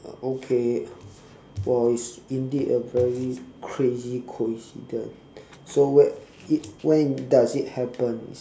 okay !wow! it's indeed a very crazy coincidence so wh~ it when does it happen